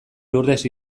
lurdes